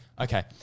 Okay